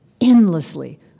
endlessly